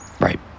Right